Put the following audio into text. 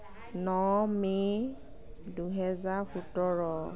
ন May দুহেজাৰ সোতৰ